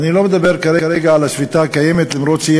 ואני לא מדבר כרגע על השביתה הקיימת אף שהיא